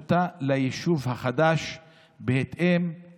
אחים שלך, חברים שלך, יושבים בלי חשמל, כלום.